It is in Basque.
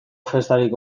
festarik